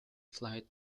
flights